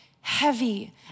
heavy